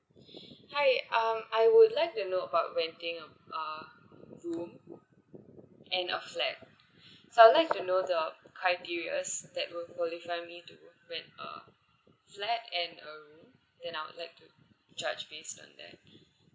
hi um I would like to know about renting uh a room and a flat so I'd like to know the criteria that will qualify me to rent a flat and a room then I'll let you judge based on that